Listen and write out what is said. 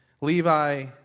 Levi